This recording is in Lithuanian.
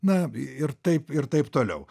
na ir taip ir taip toliau